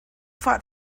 fought